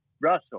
Russell